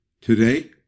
Today